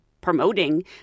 promoting